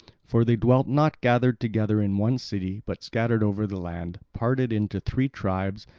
for they dwelt not gathered together in one city, but scattered over the land, parted into three tribes.